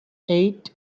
eight